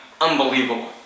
Unbelievable